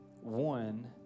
One